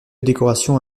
décoration